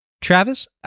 Travis